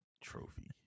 Trophy